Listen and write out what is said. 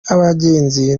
abagenzi